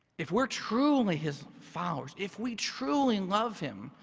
if we're truly his flowers, if we truly and love him,